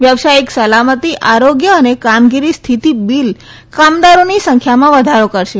વ્યવસાયિક સલામતી આરોગ્ય અને કામગીરી હિથ્થતિ બિલ કામદારોની સંખ્યામાં વધારો કરશે